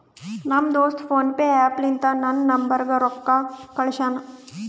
ನಮ್ ದೋಸ್ತ PhonePe app ಲಿಂತಾ ನನ್ ನಂಬರ್ಗ ರೊಕ್ಕಾ ಕಳ್ಸ್ಯಾನ್